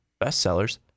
bestsellers